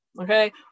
Okay